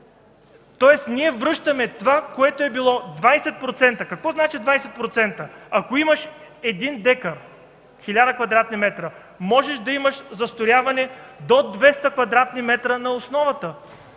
Тоест, ние връщаме това, което е било, 20%. Какво значи 20%? Ако имаш 1 декар, 1000 кв. метра, можеш да имаш застрояване до 200 кв. метра на основата.